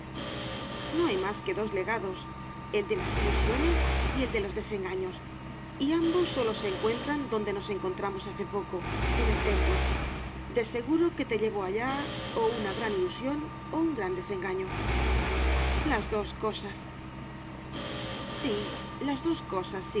no hay más que dos legados el de las ilusiones y el de los desengaños y ambos sólo se encuentran donde nos encontramos hace poco en el templo de seguro que te llevó allá o una gran ilusión o un gran desengaño las dos cosas sí las dos cosas